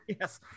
Yes